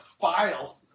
file